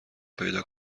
پیدا